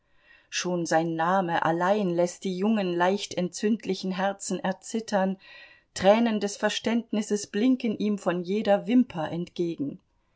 schon sein namen allein läßt die jungen leicht entzündlichen herzen erzittern tränen des verständnisses blinken ihm von jeder wimper entgegen